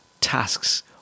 tasks